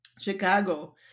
Chicago